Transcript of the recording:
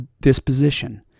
disposition